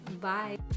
bye